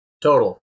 Total